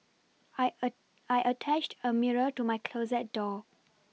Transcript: I attached a mirror to my closet door